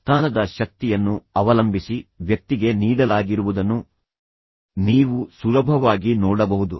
ಸ್ಥಾನದ ಶಕ್ತಿಯನ್ನು ಅವಲಂಬಿಸಿ ವ್ಯಕ್ತಿಗೆ ನೀಡಲಾಗಿರುವುದನ್ನು ನೀವು ಸುಲಭವಾಗಿ ನೋಡಬಹುದು